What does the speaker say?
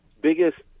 biggest